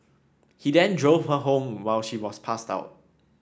he then drove her home while she was passed out